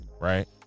right